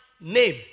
name